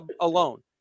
alone